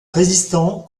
résistant